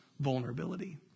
vulnerability